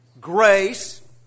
grace